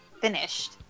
finished